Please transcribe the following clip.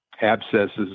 abscesses